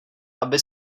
aby